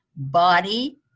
body